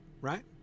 Right